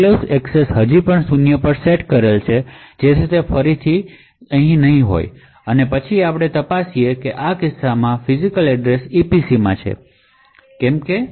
enclaves access હજી પણ શૂન્ય પર સેટ કરેલી છે જેથી તે અહી નહીં હોય અને પછી આપણે તપાસો કે આ કિસ્સામાં ફિજિકલસરનામું EPCમાં છે કે કેમ